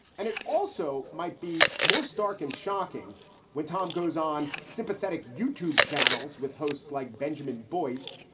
and it also might be more stark and shocking when tom goes on sympathetic youtube channels with hosts like benjamin boyce.